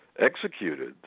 executed